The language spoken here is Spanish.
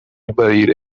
invadir